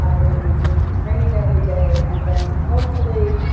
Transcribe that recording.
um we're gonna be doing training every day and then hopefully,